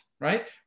right